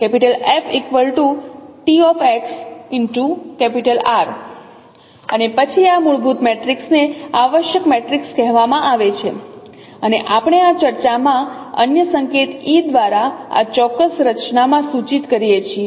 અને પછી આ મૂળભૂત મેટ્રિક્સને આવશ્યક મેટ્રિક્સ કહેવામાં આવે છે અને આપણે આ ચર્ચા માં અન્ય સંકેત E દ્વારા આ ચોક્કસ રચનામાં સૂચિત કરીએ છીએ